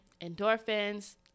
endorphins